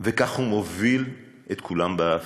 וכך הוא מוביל את כולם באף.